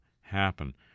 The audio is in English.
happen